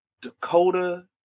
Dakota